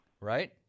Right